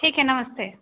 ठीक है नमस्ते